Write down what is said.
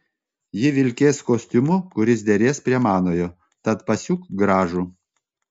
ji vilkės kostiumu kuris derės prie manojo tad pasiūk gražų